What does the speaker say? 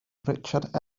richard